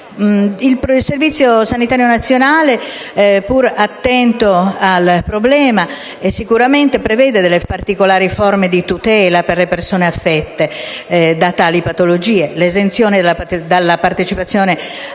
Il Servizio sanitario nazionale, pur attento al problema, prevede particolari forme di tutela per le persone affette da tali patologie, quali l'esenzione dalla partecipazione